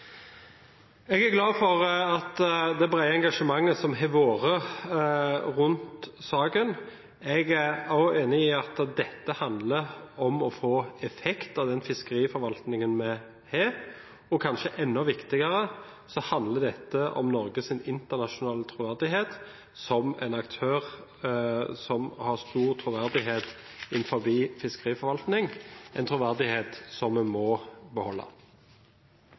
jeg er viktig å holde fast ved. Jeg er glad for det brede engasjementet som har vært rundt saken. Jeg er enig i at dette handler om å få effekt av den fiskeriforvaltningen vi har, og kanskje enda viktigere: Dette handler om Norges internasjonale troverdighet som en aktør med stor troverdighet innen fiskeriforvaltning, en troverdighet vi må beholde.